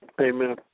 Amen